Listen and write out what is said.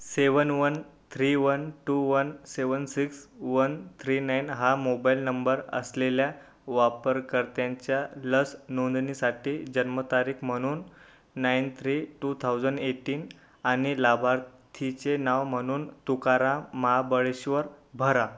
सेवन one three one two one seven six one three nine हा mobile number असलेल्या वापरकर्त्यांच्या लस नोंदणीसाठी जन्मतारीख म्हणून nine three two thousand eighteen आणि लाभार्थीचे नाव म्हणून तुकाराम महाबळेश्वर भरा